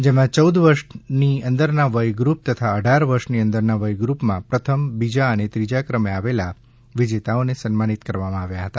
જેમાં ચૌદ વર્ષથી અંદરના વય ગ્રુપ તથા અઢાર વર્ષની અંદરના વયગ્રુપમાં પ્રથમ બીજા અને ત્રીજા ક્રમે આવેલા વિજેતાઓને સન્માનિત કરવામાં આવ્યા હતા